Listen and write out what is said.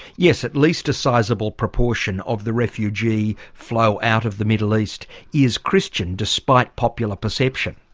yes, at least a sizeable proportion of the refugee flow out of the middle east is christian, despite popular perception.